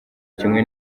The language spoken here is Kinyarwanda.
kimwe